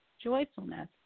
joyfulness